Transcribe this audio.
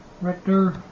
Rector